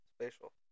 spatial